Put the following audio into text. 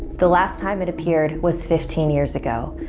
the last time it appeared was fifteen years ago.